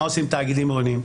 מה עושים תאגידים עירוניים.